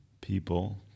people